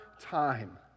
time